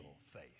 faith